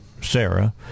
Sarah